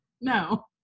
No